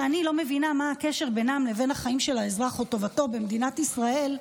שאני לא מבינה מה הקשר בינם לבין החיים של האזרח או טובתו במדינת ישראל,